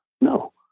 No